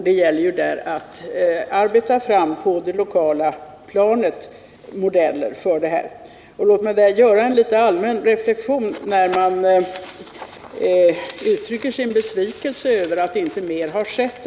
Det gäller där att på det lokala planet arbeta fram modeller. Låt mig på den här punkten göra en litet allmän reflexion, när man nu uttrycker sin besvikelse över att inte mer har skett.